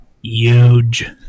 Huge